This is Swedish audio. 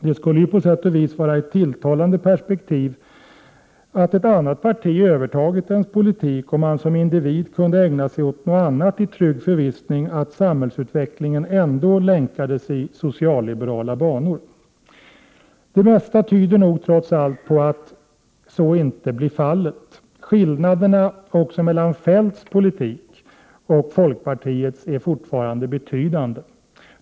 Det skulle ju på visst sätt vara ett tilltalande perspektiv att ett annat parti övertagit ens politik, så att man som individ kunde ägna sig åt annat i trygg förvissning om att samhällsutvecklingen ändå länkades i socialliberala banor. Det mesta tyder nog, trots allt, på att så inte blir fallet. Skillnaderna också mellan Feldts politik och folkpartiets är fortfarande betydande.